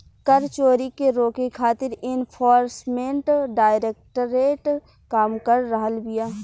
कर चोरी के रोके खातिर एनफोर्समेंट डायरेक्टरेट काम कर रहल बिया